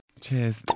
Cheers